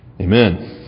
Amen